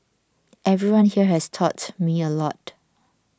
everyone here has taught me a lot